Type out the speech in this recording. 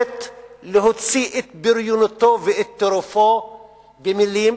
להוציא את בריונותו ואת טירופו במלים,